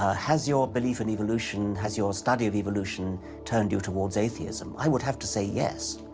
ah has your belief in evolution has your study of evolution turned you towards atheism? i would have to say yes.